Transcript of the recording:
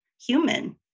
human